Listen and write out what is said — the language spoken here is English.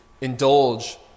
indulge